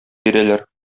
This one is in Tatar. бирәләр